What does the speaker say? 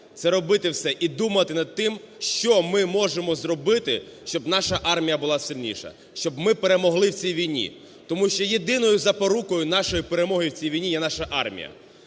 це робити все і думати над тим, що ми можемо зробити, щоб наша армія була сильніша, щоб ми перемогли в цій війні. Тому що єдиною запорукою нашої перемоги в цій війні є наша армія.